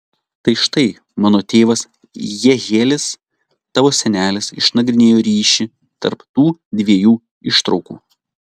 tai štai mano tėvas jehielis tavo senelis išnagrinėjo ryšį tarp tų dviejų ištraukų